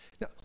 Now